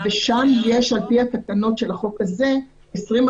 ושם יש על פי התקנות של החוק הזה 20%